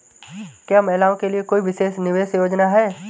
क्या महिलाओं के लिए कोई विशेष निवेश योजना है?